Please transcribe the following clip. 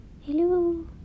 hello